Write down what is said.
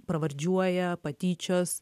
pravardžiuoja patyčios